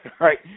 right